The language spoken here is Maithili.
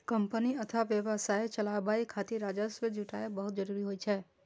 कंपनी अथवा व्यवसाय चलाबै खातिर राजस्व जुटायब बहुत जरूरी होइ छै